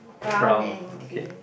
brown okay